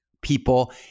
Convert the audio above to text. people